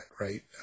right